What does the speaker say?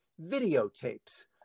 videotapes